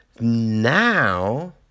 now